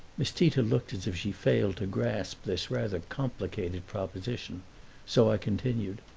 miss tita looked as if she failed to grasp this rather complicated proposition so i continued,